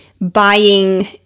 buying